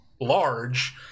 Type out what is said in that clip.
large